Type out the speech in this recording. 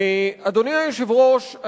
אדוני היושב-ראש,